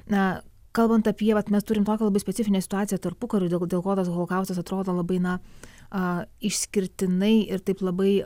na kalbant apie vat mes turim tokią labai specifinę situaciją tarpukariu dėl ko tas holokaustas atrodo labai na a išskirtinai ir taip labai